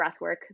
breathwork